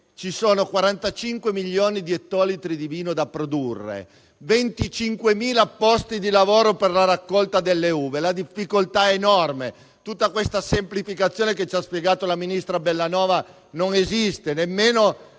ci sono 45 milioni di ettolitri di vino da produrre e 25.000 di posti di lavoro per la raccolta delle uve. La difficoltà è enorme. Tutta questa semplificazione che ci ha spiegato il ministro Bellanova non esiste, nemmeno